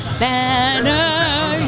banner